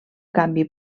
canvi